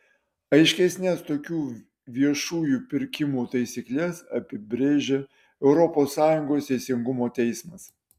aiškesnes tokių viešųjų pirkimų taisykles apibrėžė europos sąjungos teisingumo teismas